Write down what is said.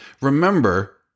remember